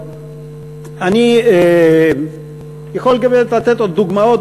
אני יכול גם לתת עוד דוגמאות.